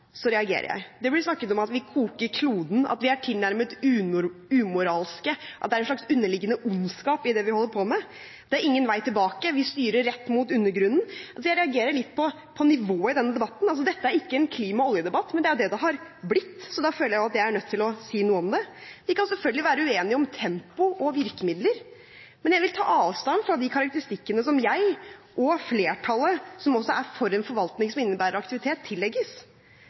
reagerer jeg. Det blir snakket om at vi koker kloden, at vi er tilnærmet umoralske, og at det er en slags underliggende ondskap i det vi holder på med. Det er ingen vei tilbake, vi styrer rett mot undergangen. Jeg reagerer litt på nivået i denne debatten. Dette er ikke en klima–olje-debatt, men det er det det har blitt, så da føler jeg at jeg er nødt til å si noe om det. Vi kan selvfølgelig være uenige om tempo og virkemidler, men jeg vil ta avstand fra de karakteristikkene som jeg og flertallet, som er for en forvaltning som innebærer aktivitet, tillegges.